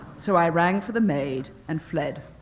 so i rang for the maid, and fled.